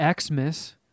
Xmas